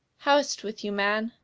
how is t with you, man?